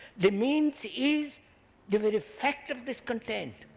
the means is the very fact of discontent,